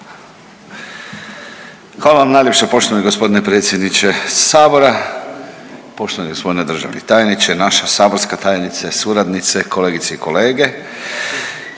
Hvala vam najljepša poštovani g. predsjedniče Sabora. Poštovani g. državni tajniče, naša saborska tajnice, suradnice, kolegice i kolege.